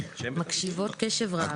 אנחנו מקשיבות קשב רב.